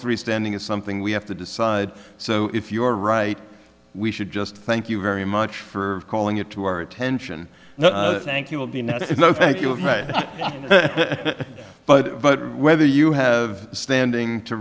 three standing is something we have to decide so if you are right we should just thank you very much for calling it to our attention no thank you will be no thank you but whether you have standing to